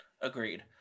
agreed